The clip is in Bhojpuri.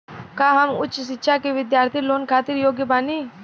का हम उच्च शिक्षा के बिद्यार्थी लोन खातिर योग्य बानी?